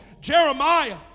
Jeremiah